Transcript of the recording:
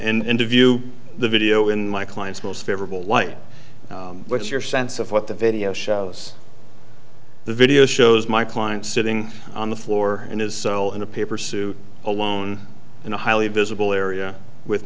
and view the video in my client's most favorable light what's your sense of what the video shows the video shows my client sitting on the floor in his cell in a paper suit alone in a highly visible area with